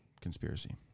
conspiracy